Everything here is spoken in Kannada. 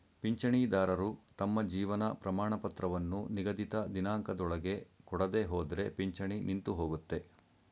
ಪಿಂಚಣಿದಾರರು ತಮ್ಮ ಜೀವನ ಪ್ರಮಾಣಪತ್ರವನ್ನು ನಿಗದಿತ ದಿನಾಂಕದೊಳಗೆ ಕೊಡದೆಹೋದ್ರೆ ಪಿಂಚಣಿ ನಿಂತುಹೋಗುತ್ತೆ